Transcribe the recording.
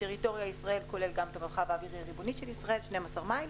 זה כולל גם את המרחב האווירי הריבוני של ישראל של 12 מייל.